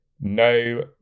no